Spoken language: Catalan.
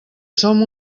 som